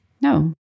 No